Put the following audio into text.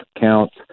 counts